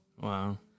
Wow